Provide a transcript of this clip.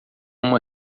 uma